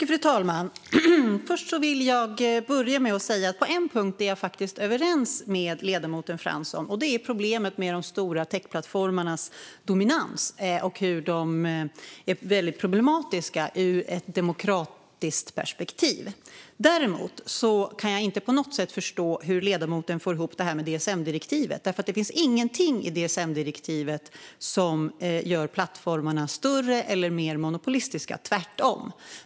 Fru talman! Jag vill börja med att säga att jag på en punkt faktiskt är överens med ledamoten Fransson, och det gäller problemet med de stora techplattformarnas dominans och att de är mycket problematiska ur ett demokratiskt perspektiv. Däremot kan jag inte på något sätt förstå hur ledamoten får ihop detta med DSM-direktivet. Det finns nämligen ingenting i DSM-direktivet som gör plattformarna större eller mer monopolistiska - tvärtom.